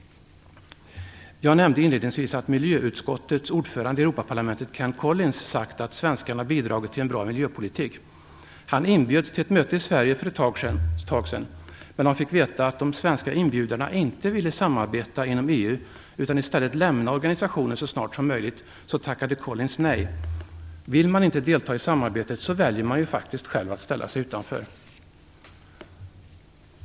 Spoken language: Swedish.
Jag nämnde inledningsvis att miljöutskottets ordförande i Europaparlamentet Ken Colins sagt att svenskarna bidragit till en bra miljöpolitik. Han inbjöds till ett möte i Sverige för ett tag sedan, men när han fick veta att de svenska inbjudarna inte ville samarbeta inom EU, utan i stället lämna organisationen så snart som möjligt, tackade Colins nej. Vill man inte delta i samarbetet, så väljer man ju faktiskt själv att ställa sig utanför.